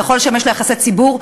זה יכול לשמש ליחסי ציבור,